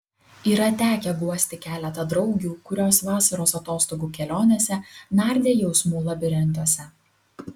yra tekę guosti keletą draugių kurios vasaros atostogų kelionėse nardė jausmų labirintuose